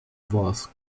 voz